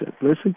listen